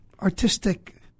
artistic